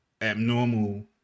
abnormal